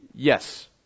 Yes